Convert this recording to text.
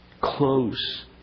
close